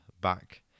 back